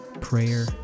prayer